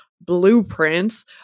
blueprints